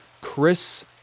Chris